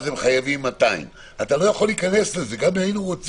אז הם חייבים 200. אתה לא יכול להיכנס לזה גם אם היינו רוצים,